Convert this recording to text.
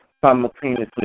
Simultaneously